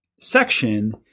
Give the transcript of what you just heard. section